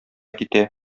китә